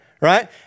right